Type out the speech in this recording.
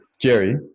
jerry